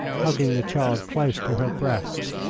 hugging the child close to her breast.